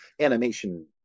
animation